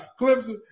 Clemson